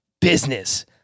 business